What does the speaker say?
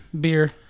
beer